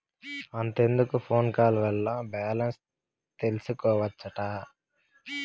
అంతెందుకు phone call వల్ల కూడా బాలెన్స్ తెల్సికోవచ్చట